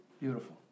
Beautiful